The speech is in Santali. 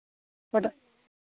ᱚᱠᱟᱴᱟᱜ